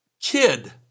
kid